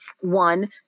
one